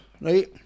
right